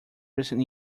recent